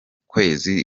kwezi